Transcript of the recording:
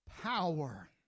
power